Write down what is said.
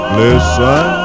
listen